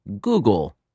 Google